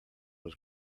was